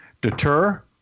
deter